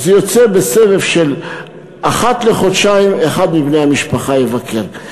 יוצא שבסבב של אחת לחודשיים אחד מבני המשפחה יבקר.